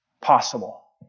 possible